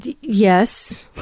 Yes